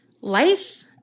Life